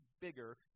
bigger